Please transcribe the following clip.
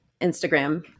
Instagram